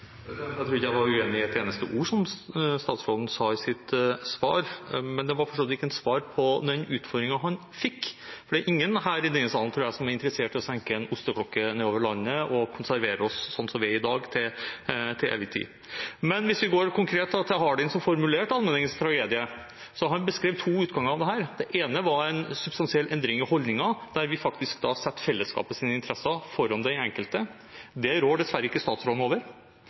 Jeg tror ikke jeg var uenig i et eneste ord som statsråden sa i sitt svar, men det var for så vidt ikke et svar på den utfordringen han fikk. Det er ingen i denne salen, tror jeg, som er interessert i å senke en osteklokke ned over landet og konservere oss slik som det er i dag, til evig tid. Hvis vi går konkret til Hardin, som formulerte allmenningens tragedie, beskrev han to utganger av dette. Det ene var en substansiell endring i holdninger, der vi faktisk setter fellesskapets interesser foran den enkeltes. Det rår dessverre ikke statsråden over.